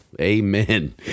Amen